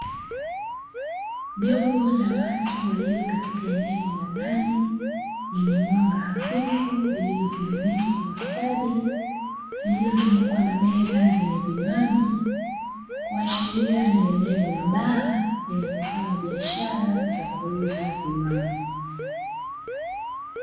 Jopo la watu walio katika eneo la ndani. Lenye mwanga hafifu. Lililotenenezwa kwa ustadi, iliyozungukwa na meza zenye vinywaji, kuashiria hilo ni eneo la baa lenye kufanya biashara za kuuza vinywaji.